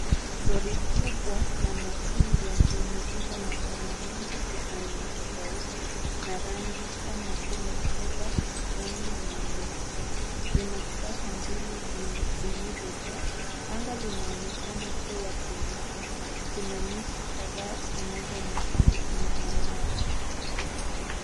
Lori kubwa la machungwa limebeba magari mengi ya aina tofauti na rangi kama vile fedha, kijani na nyeupe. Lina staha mbili zilizojaa . Anga linaonekana kuwa tulivu. Kuna miti kadhaa zinazoonekana nyuma yao.